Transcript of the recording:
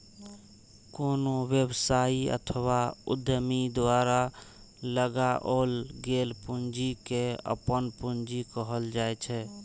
कोनो व्यवसायी अथवा उद्यमी द्वारा लगाओल गेल पूंजी कें अपन पूंजी कहल जाइ छै